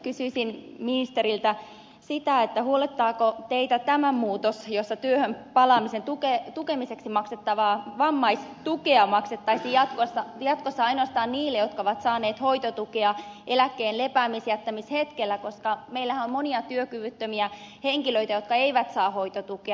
kysyisin ministeriltä sitä huolettaako teitä tämä muutos jossa työhön palaamisen tukemiseksi maksettavaa vammaistukea maksettaisiin jatkossa ainoastaan niille jotka ovat saaneet hoitotukea eläkkeen lepäämäänjättämishetkellä koska meillähän on monia työkyvyttömiä henkilöitä jotka eivät saa hoitotukea